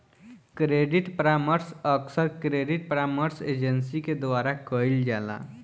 credit परामर्श अक्सर credit परामर्श एजेंसी के द्वारा कईल जाला